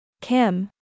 Kim